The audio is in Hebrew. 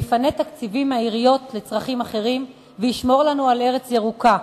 יפנה תקציבים מהעיריות לצרכים אחרים וישמור לנו על ארץ ירוקה.